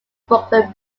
brooklyn